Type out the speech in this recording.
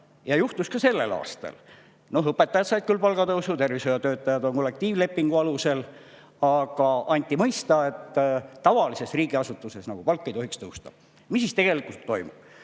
nii juhtus ka sellel aastal. Õpetajad said küll palgatõusu, tervishoiutöötajatel on kollektiivleping, aga anti mõista, et tavalises riigiasutuses palk ei tohiks tõusta. Mis aga tegelikult toimub?